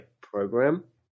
program